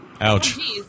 ouch